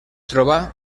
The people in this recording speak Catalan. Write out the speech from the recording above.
troba